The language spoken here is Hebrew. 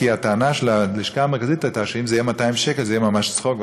כי הטענה של הלשכה המרכזית הייתה שאם זה יהיה 200 שקל זה יהיה ממש צחוק,